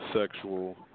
sexual